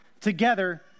together